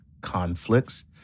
conflicts